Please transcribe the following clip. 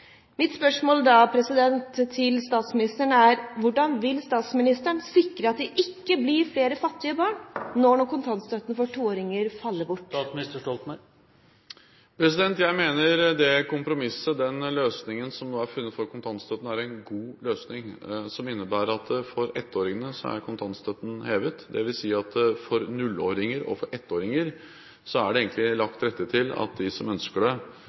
Mitt spørsmål til statsministeren er da: Hvordan vil statsministeren sikre at det ikke blir flere fattige barn, nå når kontantstøtten for toåringer faller bort? Jeg mener det kompromisset som nå er funnet for kontantstøtten, er en god løsning som innebærer at kontantstøtten er hevet for ettåringene. Det vil si at for nullåringer og for ettåringer er det egentlig lagt til rette for at de som ønsker det,